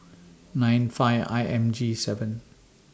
nine five I M G seven